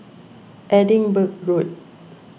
Edinburgh Road